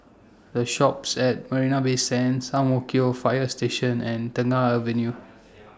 The Shoppes At Marina Bay Sands Ang Mo Kio Fire Station and Tengah Avenue